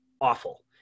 awful